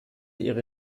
ihre